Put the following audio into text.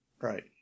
Right